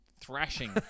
Thrashing